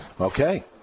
Okay